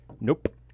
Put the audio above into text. Nope